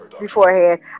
beforehand